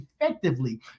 effectively